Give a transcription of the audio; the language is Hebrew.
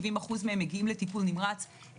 70% מהם מגיעים לטיפול נמרץ,